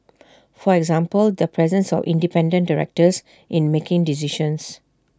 for example the presence of independent directors in making decisions